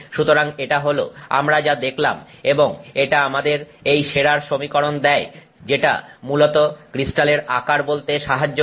সুতরাং এটা হল আমরা যা দেখলাম এবং এটা আমাদের এই শেরার সমীকরণ দেয় যেটা মূলত ক্রিস্টালের আকার বলতে সাহায্য করে